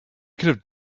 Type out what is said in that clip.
could